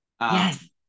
Yes